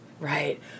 Right